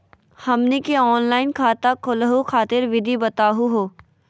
हमनी के ऑनलाइन खाता खोलहु खातिर विधि बताहु हो?